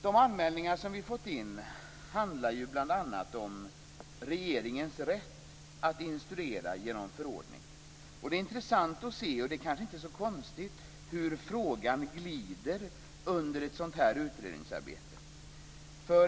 De anmälningar som vi har fått in handlar bl.a. om regeringens rätt att instruera genom förordning. Det är intressant och kanske inte så konstigt att se hur frågan glider under ett sådant här utredningsarbete.